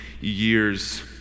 years